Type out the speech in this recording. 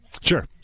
Sure